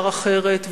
אפשר אחרת,